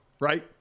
right